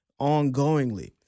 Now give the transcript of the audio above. ongoingly